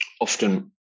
often